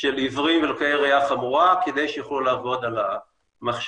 של עיוורים ולוקי ראייה חמורה כדי שיוכלו לעבוד על המחשב.